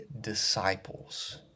disciples